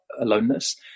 aloneness